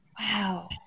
Wow